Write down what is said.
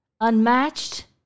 unmatched